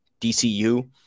DCU